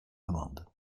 demandes